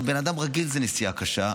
לבן אדם רגיל זאת נסיעה קשה,